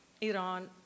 Iran